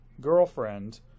girlfriend